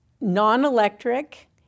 non-electric